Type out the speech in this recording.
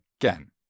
again